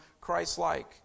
Christ-like